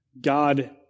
God